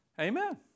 Amen